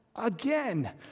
again